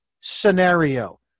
scenario